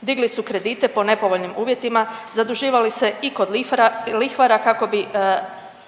digli su kredite po nepovoljnim uvjetima, zaduživali se i kod lihvara kako bi